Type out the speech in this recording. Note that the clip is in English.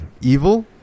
evil